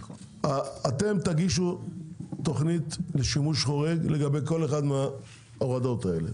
אתם תגישו תוכנית לשימוש חורג לגבי כל אחת מההורדות האלה,